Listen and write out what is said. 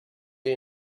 you